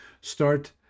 start